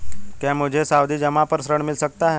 क्या मुझे सावधि जमा पर ऋण मिल सकता है?